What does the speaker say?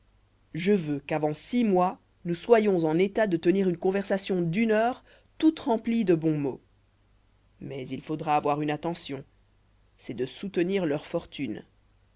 je veux qu'avant six mois nous soyons en état de tenir une conversation d'une heure toute remplie de bons mots mais il faudra avoir une attention c'est de soutenir leur fortune